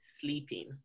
sleeping